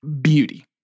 beauty